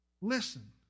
Listen